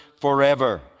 forever